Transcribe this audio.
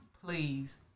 please